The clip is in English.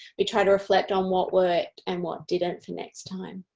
we try to reflect on what worked and what didn't for next time.